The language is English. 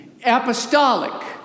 apostolic